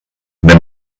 wenn